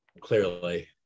Clearly